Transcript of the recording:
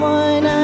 one